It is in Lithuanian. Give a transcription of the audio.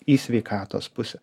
į sveikatos pusę